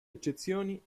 eccezioni